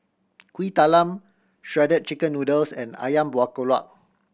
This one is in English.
Kuih Talam Shredded Chicken Noodles and Ayam Buah Keluak